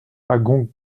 agon